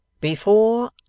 Before